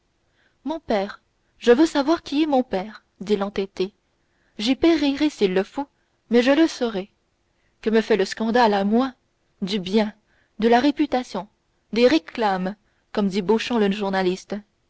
mon père je veux savoir qui est mon père dit l'entêté j'y périrai s'il le faut mais je le saurai que me fait le scandale à moi du bien de la réputation des réclames comme dit beauchamp le journaliste